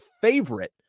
favorite